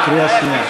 בקריאה שנייה.